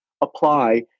apply